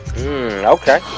Okay